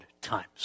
times